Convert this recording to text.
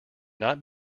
not